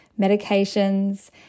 medications